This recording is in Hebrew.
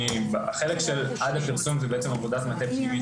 החלק של עד הפרסום זו בעצם עבודת מטה פנימית